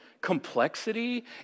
complexity